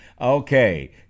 Okay